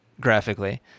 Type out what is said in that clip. graphically